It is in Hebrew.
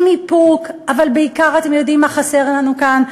עם איפוק, אבל בעיקר אתם יודעים מה חסר לנו כאן?